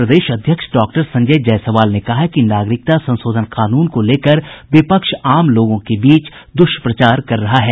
भाजपा के प्रदेश अध्यक्ष डॉक्टर संजय जायसवाल ने कहा है कि नागरिकता संशोधन कानून को लेकर विपक्ष आम लोगों के बीच दुष्प्रचार कर रहा है